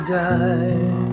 die